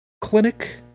Clinic